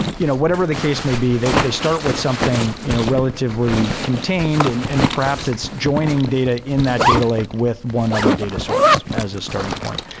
you know whatever the case may be, they they start with something you know relatively contained and and perhaps it's joining data in that data lake with one other data source as a starting point.